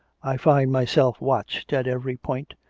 i find myself watched at every point,